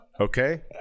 Okay